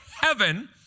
heaven